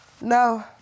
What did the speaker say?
No